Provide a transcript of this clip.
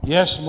Yes